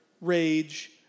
rage